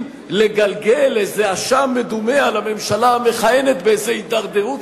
לגלגל איזה אשם מדומה על הממשלה המכהנת על איזו הידרדרות,